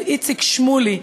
איציק שמולי,